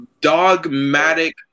dogmatic